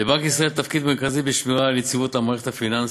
לבנק ישראל תפקיד מרכזי בשמירה על יציבות המערכת הפיננסית,